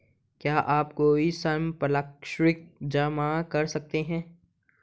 क्या आप कोई संपार्श्विक जमा कर सकते हैं?